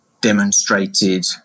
demonstrated